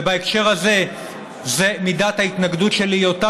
בהקשר הזה מידת ההתנגדות שלי היא אותה